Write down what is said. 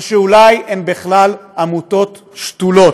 או שאולי הן בכלל עמותות שתולות,